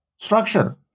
structure